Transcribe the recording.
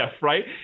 right